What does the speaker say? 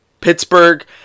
Pittsburgh